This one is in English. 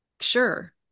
sure